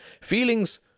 Feelings